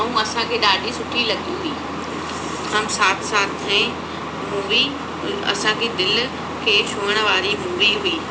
ऐं असांखे ॾाढी सुठी लॻी हुई हम साथ साथ हैं मूवी असांखे दिल खे छुअण वारी मूवी हुई